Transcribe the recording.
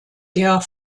der